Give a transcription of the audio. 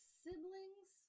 siblings